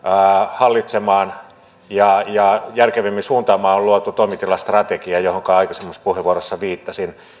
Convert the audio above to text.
hallitsemaan ja ja järkevimmin suuntaamaan on luotu toimitilastrategia johonka aikaisemmassa puheenvuorossani viittasin